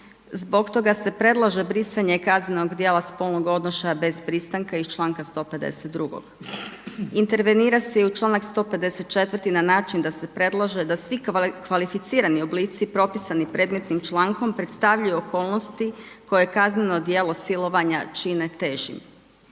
Zbog toga se predlaže brisanje kaznenog djela spolnog odnošaja bez pristanka iz članka 152. Intervenira se i članak 154. na način da se predloži da svi kvalificirani oblici propisani predmetnim člankom predstavljaju okolnosti koje kazneno djelo silovanja čine težim.